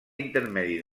intermedi